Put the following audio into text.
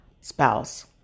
spouse